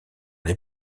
les